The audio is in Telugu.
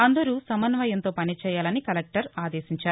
అందరూ సమన్వయంతో పనిచేయాలని కలెక్లర్ ఆదేశించారు